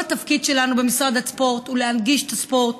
כל התפקיד שלנו במשרד הספורט הוא להנגיש את הספורט,